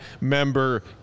member